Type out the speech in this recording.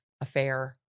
affair